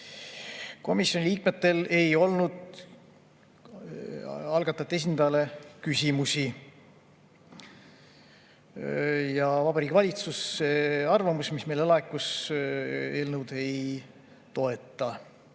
Komisjoni liikmetel ei olnud algatajate esindajale küsimusi. Vabariigi Valitsus arvamuses, mis meile laekus, eelnõu ei toeta.